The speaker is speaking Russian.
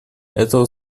этого